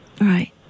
Right